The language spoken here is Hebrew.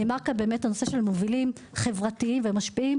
נאמר כאן באמת נושא של מובילים חברתיים ומשפיעים,